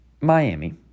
Miami